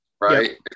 right